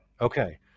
Okay